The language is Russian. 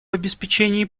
обеспечении